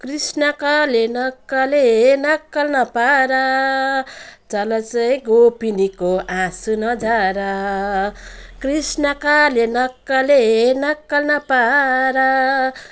कृष्ण काले नक्कले नक्कल नपार चालिसै गोपिनीको आँसु नझार कृष्ण काले नक्कले नक्कल नपार